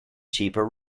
cheaper